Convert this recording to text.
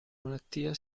malattia